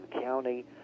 County